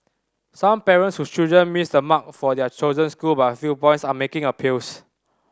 some parents whose children missed the mark for their chosen school by a few points are making appeals